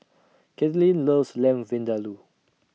Caitlynn loves Lamb Vindaloo